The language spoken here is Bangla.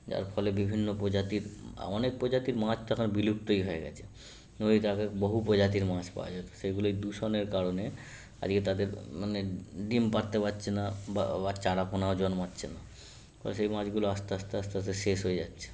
যার ফলে বিভিন্ন প্রজাতির অনেক প্রজাতির মাছ তো এখন বিলুপ্তই হয়ে গিয়েছে নদীতে আগে বহু প্রজাতির মাছ পাওয়া যেত সেগুলোই দূষণের কারণে আজকে তাদের মানে ডিম পাড়তে পারছে না বা বা ও চারাপোনাও জন্মাচ্ছে না ও সেই মাছগুলো আস্তে আস্তে আস্তে আস্তে শেষ হয়ে যাচ্ছে